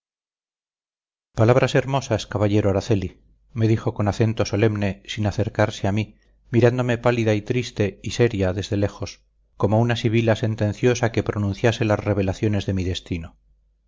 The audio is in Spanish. palabras hermosas caballero araceli me dijo con acento solemne sin acercarse a mí mirándome pálida y triste y seria desde lejos como una sibila sentenciosa que pronunciase las revelaciones de mi destino